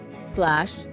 Slash